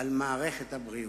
על מערכת הבריאות.